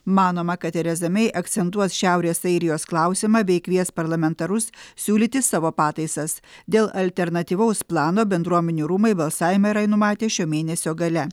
manoma kad tereza mei akcentuos šiaurės airijos klausimą bei kvies parlamentarus siūlyti savo pataisas dėl alternatyvaus plano bendruomenių rūmai balsavimą yra numatę šio mėnesio gale